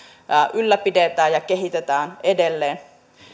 ylläpidetään ja kehitetään edelleen